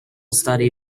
study